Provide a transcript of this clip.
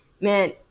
man